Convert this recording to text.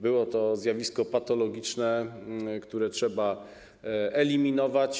Było to zjawisko patologiczne, które trzeba eliminować.